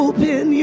Open